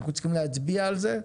אנחנו צריכים להצביע על זה,